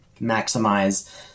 maximize